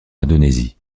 indonésie